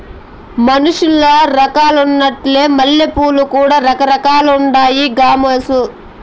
మనుసులల్ల రకాలున్నట్లే మల్లెపూలల్ల కూడా రకాలుండాయి గామోసు